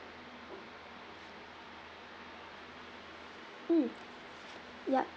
mm yup